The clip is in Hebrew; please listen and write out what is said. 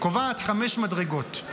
קובעת חמש מדרגות,